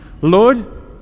Lord